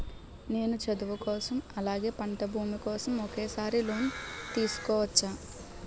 నేను చదువు కోసం అలాగే పంట భూమి కోసం ఒకేసారి లోన్ తీసుకోవచ్చా?